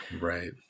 right